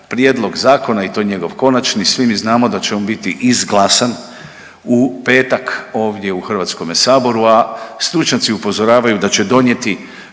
prijedlog zakona i to je njegov konačni. Svi mi znamo da će on biti izglasan u petak ovdje u Hrvatskome saboru, a stručnjaci upozoravaju da će donijeti